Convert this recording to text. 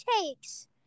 takes